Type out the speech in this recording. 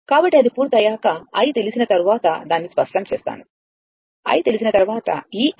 కాబట్టి అది పూర్తయ్యాక i తెలిసిన తర్వాత దాన్ని స్పష్టం చేస్తాను i తెలిసిన తర్వాత ఈ i